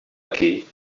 aquí